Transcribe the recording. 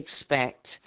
expect